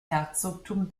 herzogtum